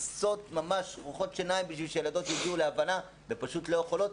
מנסות כדי שהילדות יגיעו להבנה ופשוט לא יכולות,